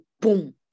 boom